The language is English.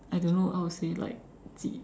I don't know how to say like